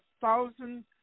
thousand